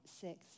six